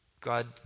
God